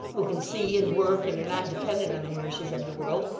who can see, and work, and are not dependent on the mercies of the world.